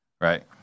right